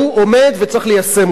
והוא עומד וצריך ליישם אותו.